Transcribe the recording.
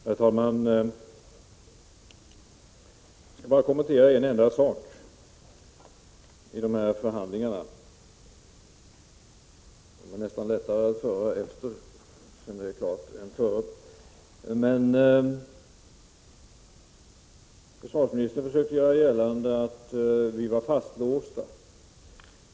Herr talman! Jag vill bara kommentera en enda sak i dessa förhandlingar. Det är nästan lättare att föra förhandlingar sedan de har avslutats än det var före. Försvarsministern försökte göra gällande att centerpartiet var fastlåst.